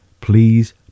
Please